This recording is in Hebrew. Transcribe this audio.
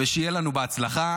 ושיהיה לנו בהצלחה.